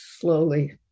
slowly